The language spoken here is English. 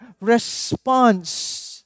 response